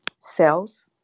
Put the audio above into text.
cells